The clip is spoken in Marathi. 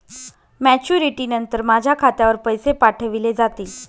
मॅच्युरिटी नंतर माझ्या खात्यावर पैसे पाठविले जातील?